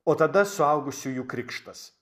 o tada suaugusiųjų krikštas